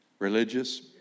Religious